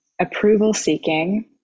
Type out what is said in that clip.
approval-seeking